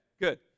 good